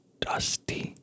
dusty